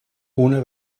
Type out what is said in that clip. una